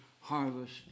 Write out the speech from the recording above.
harvest